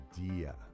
idea